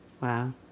Wow